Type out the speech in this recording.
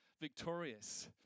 victorious